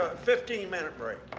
ah fifteen minute break.